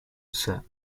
set